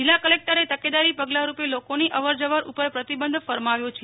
જિલ્લા કલેકટરે તકેદારી પગલારુપે લોકોની અવરજવર ઉપર પ્રતિબંધ ફરમાવ્યો છે